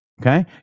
Okay